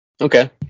Okay